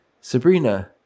Sabrina